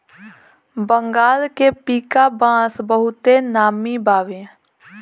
बंगाल के पीका बांस बहुते नामी बावे